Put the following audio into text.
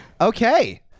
Okay